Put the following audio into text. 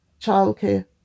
childcare